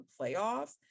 playoffs